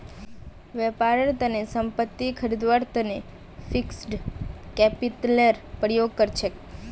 व्यापारेर तने संपत्ति खरीदवार तने फिक्स्ड कैपितलेर प्रयोग कर छेक